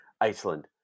Iceland